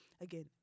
again